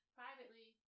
privately